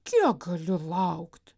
kiek galiu laukt